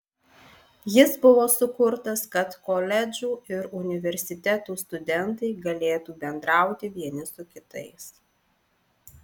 jis buvo sukurtas kad koledžų ir universitetų studentai galėtų bendrauti vieni su kitais